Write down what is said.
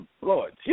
Lord